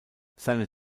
seine